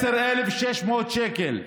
10,600 שקל.